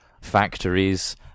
factories